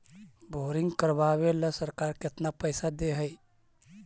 Boring करबाबे ल सरकार केतना पैसा दे है?